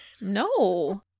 No